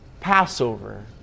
Passover